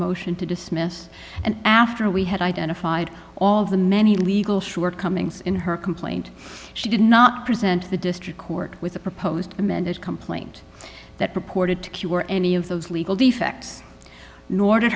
motion to dismiss and after we had identified all of the many legal shortcomings in her complaint she did not present to the district court with a proposed amended complaint that purported to q or any of those legal defects nor did